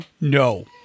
no